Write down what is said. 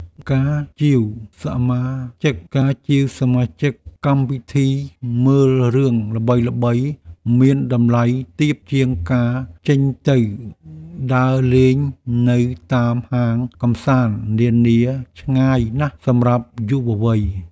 ការជាវសមាជិកកម្មវិធីមើលរឿងល្បីៗមានតម្លៃទាបជាងការចេញទៅដើរលេងនៅតាមហាងកម្សាន្តនានាឆ្ងាយណាស់សម្រាប់យុវវ័យ។